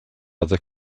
other